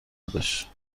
داشت